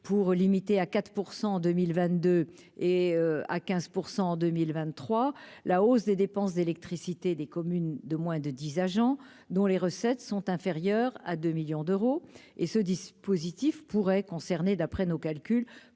pour limiter à 4 % en 2000 22 et à 15 % en 2023 la hausse des dépenses d'électricité des communes de moins de 10 agents dont les recettes sont inférieures à 2 millions d'euros et ce dispositif pourrait concerner, d'après nos calculs,